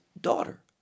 daughter